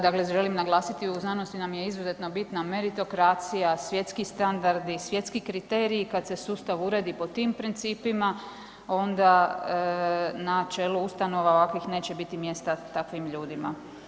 Dakle, želim naglasiti u znanosti nam je izuzetno bitna meritokracija, svjetski standardi, svjetski kriteriji, kad se sustav uredi po tim principima onda na čelu ustanova ovakvih neće biti mjesta takvim ljudima.